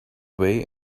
way